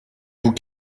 vous